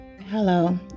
Hello